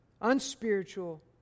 unspiritual